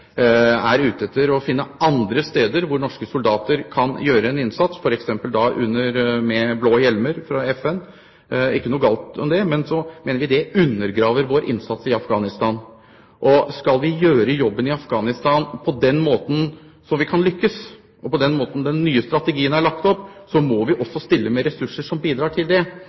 er ute etter å finne andre steder hvor norske soldater kan gjøre en innsats, f.eks. med blå hjelmer for FN – ikke noe galt i det – mener vi det undergraver vår innsats i Afghanistan. Skal vi gjøre jobben i Afghanistan på en slik måte at vi kan lykkes, slik den nye strategien er lagt opp, må vi også stille med ressurser som bidrar til det.